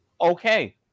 Okay